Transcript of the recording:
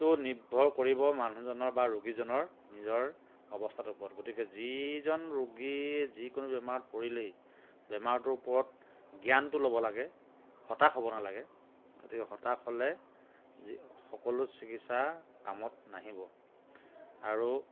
টো নিৰ্ভৰ কৰিব মানুহজনৰ বা ৰোগীজনৰ নিজৰ অৱস্থাটোৰ ওপৰত গতিকে যিজন ৰোগীয়ে যিকোনো বেমাৰত পৰিলেই বেমাৰটোৰ ওপৰত জ্ঞানটো ল'ব লাগে হতাশ হ'ব নালাগে গতিকে হতাশ হ'লেই যি সকলো চিকিৎসা কামত নাহিব আৰু